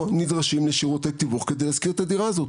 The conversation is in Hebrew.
נדרשים לשירותי תיווך על מנת להשכיר את הדירה הזאת.